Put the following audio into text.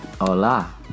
hola